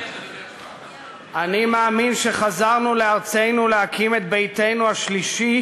אני מאמין שחזרנו לארצנו להקים את ביתנו השלישי,